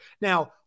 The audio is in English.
Now